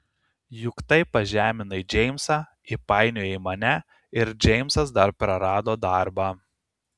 juk taip pažeminai džeimsą įpainiojai mane ir džeimsas dar prarado darbą